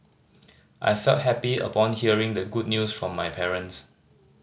I felt happy upon hearing the good news from my parents